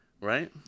right